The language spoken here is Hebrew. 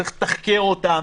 צריך לתחקר אותם,